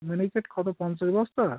মিনিকেট কত পঞ্চাশ বস্তা